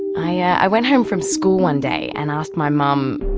i went home from school one day and asked my mum,